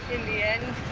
in the end,